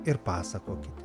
ir pasakokite